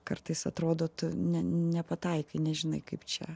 kartais atrodo tu ne nepataikai nežinai kaip čia